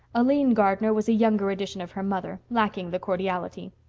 aline gardner was a younger edition of her mother, lacking the cordiality.